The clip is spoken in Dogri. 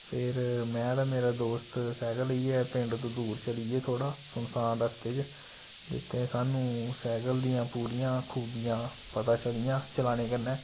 फिर में ते मेरा दोस्त सैकल लेइयै पिंड तों दूर चली गे थोह्ड़ा सुनसान रस्ते च जित्थै सानूं सैकल दियां पूरियां खूबियां पता चलियां चलाने कन्नै